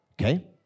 okay